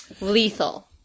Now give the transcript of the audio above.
Lethal